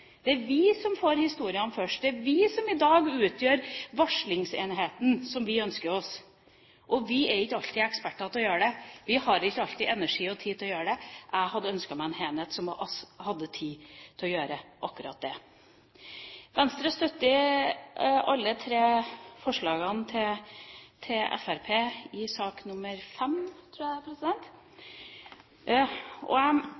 dag utgjør den varslerenheten som vi ønsker oss, og vi er ikke alltid eksperter på å gjøre dette. Vi har ikke alltid energi og tid til å gjøre det. Jeg hadde ønsket meg en enhet som hadde tid til å gjøre akkurat det. Venstre støtter alle de tre forslagene fra Fremskrittspartiet i sak